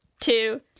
two